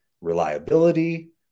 reliability